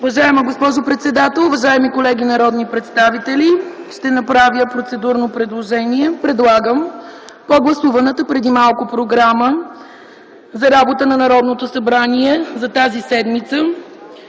Уважаема госпожо председател, уважаеми колеги народни представители, ще направя процедурно предложение. Предлагам по гласуваната преди малко програма за работата на Народното събрание за тази седмица,